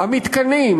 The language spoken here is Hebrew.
המתקנים,